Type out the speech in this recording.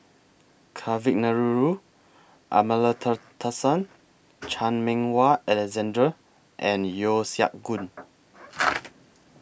Kavignareru Amallathasan Chan Meng Wah Alexander and Yeo Siak Goon